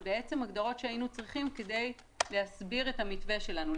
אלה בעצם הגדרות שהיינו צריכים כדי להסביר את המתווה שלנו.